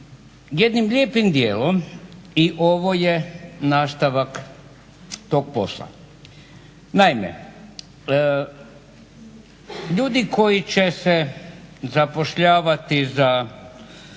Jednim lijepim dijelom i ovo je nastavak tog posla. Naime, ljudi koji će se zapošljavati za